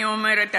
אני אומרת,